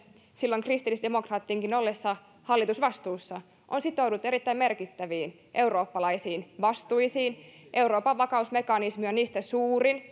silloin kristillisdemokraattienkin ollessa hallitusvastuussa on sitouduttu erittäin merkittäviin eurooppalaisiin vastuisiin euroopan vakausmekanismi on niistä suurin